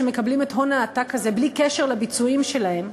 שמקבלים את הון העתק הזה בלי קשר לביצועים שלהם,